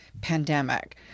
pandemic